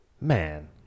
man